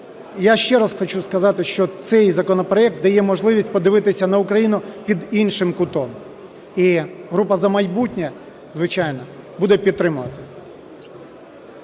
Я ще раз хочу сказати, що цей законопроект дає можливість подивитися на Україну під іншим кутом. І група "За майбутнє", звичайно, буде підтримувати.